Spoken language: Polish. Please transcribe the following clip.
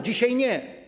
Dzisiaj nie.